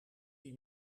die